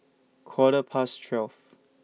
Quarter Past twelve